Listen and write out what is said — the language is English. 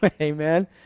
Amen